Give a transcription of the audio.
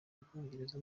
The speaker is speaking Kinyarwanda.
ubwongereza